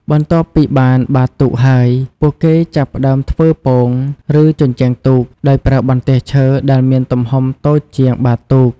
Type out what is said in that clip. បន្ទាប់ពីបានបាតទូកហើយ ពួកគេចាប់ផ្តើមធ្វើ ពោង ឬ ជញ្ជាំងទូក ដោយប្រើបន្ទះឈើដែលមានទំហំតូចជាងបាតទូក។